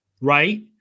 right